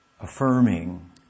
affirming